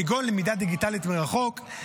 כגון למידה דיגיטלית מרחוק,